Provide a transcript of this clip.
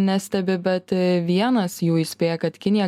nestebi bet vienas jų įspėja kad kinija